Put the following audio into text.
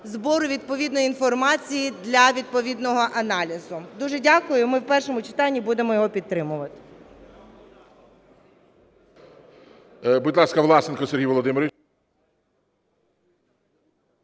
збору відповідної інформації для відповідного аналізу. Дуже дякую. І ми в першому читанні будемо його підтримувати.